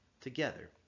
together